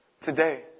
Today